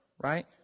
right